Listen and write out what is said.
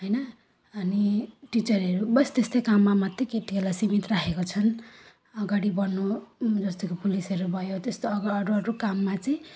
हैन अनि टिचरहरू बस त्यस्तै काममा मात्रै केटीहरूलाई सीमित राखेका छन् अगाडि बढ्नु जस्तो कि पुलिसहरू भयो त्यस्तो अघ अरू अरू काममा चाहिँ